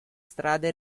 strade